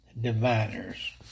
diviners